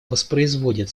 воспроизводит